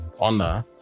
honor